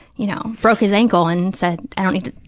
you know, broke his ankle and said, i don't need to,